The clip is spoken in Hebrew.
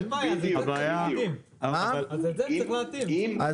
--- אבל הוא בארץ לא יכול להוציא --- אין בעיה,